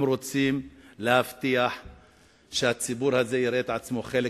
אם רוצים להבטיח שהציבור הזה יראה את עצמו כחלק